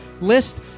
list